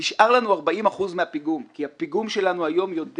נשאר לנו 40% מהפיגום כי הפיגום שלנו היום יודע